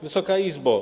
Wysoka Izbo!